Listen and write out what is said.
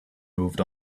moved